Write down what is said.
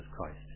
Christ